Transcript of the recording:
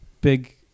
big